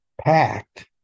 packed